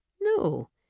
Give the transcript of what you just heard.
no